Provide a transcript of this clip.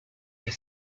have